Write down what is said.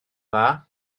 dda